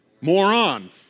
moron